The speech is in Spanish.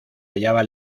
hallaba